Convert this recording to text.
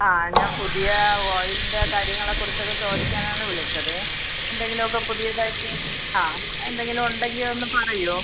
ആ ഞാൻ പുതിയ ഓയിലിൻ്റെ കാര്യങ്ങളെ കുറിച്ചൊക്കെ ചോദിക്കാനാണ് വിളിച്ചത് എന്തെങ്കിലൊക്ക പുതിയതായിട്ട് ആ എന്തെങ്കിലുണ്ടെങ്കിൽ ഒന്ന് പറയാമോ